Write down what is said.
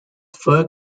fur